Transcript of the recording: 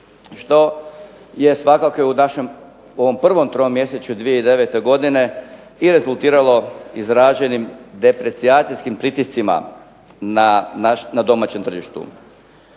što je svakako u našem u ovom prvom tromjesečju 2009. godine i rezultiralo izrađenim deprecijacijskim pritiscima na domaćem tržištu.